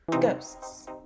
Ghosts